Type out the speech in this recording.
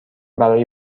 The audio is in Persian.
برای